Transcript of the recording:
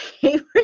favorite